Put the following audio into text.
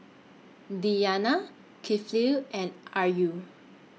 Diyana Kifli and Ayu